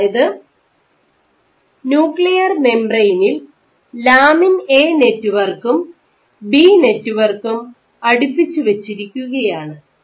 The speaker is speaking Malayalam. അതായത് ന്യൂക്ലിയർ മെംബറേനിൽ ലാമിൻ എ നെറ്റ് വർക്കും ബി നെറ്റ് വർക്കും Lamin AB network അടു പ്പിച്ചുവച്ചിരിക്കുകയാണ്